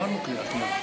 הפעם טעית.